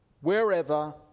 Wherever